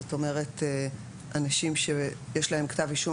זאת אומרת אנשים שיש להם כתב אישום,